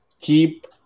keep